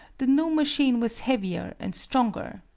the new machine was heavier and stronger,